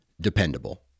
dependable